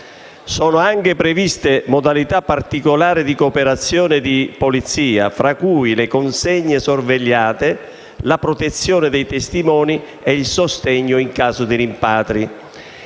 Sono anche previste modalità particolari di cooperazione di polizia, fra cui le consegne sorvegliate, la protezione dei testimoni e il sostegno in caso di rimpatri.